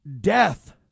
Death